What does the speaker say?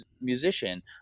musician